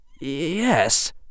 Yes